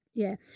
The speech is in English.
yeah.